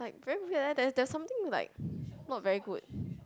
very weird that's that's something like not very good